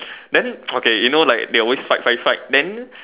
then okay you know like they always fight fight fight then